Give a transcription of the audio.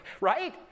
right